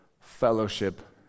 fellowship